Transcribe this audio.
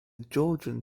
georgian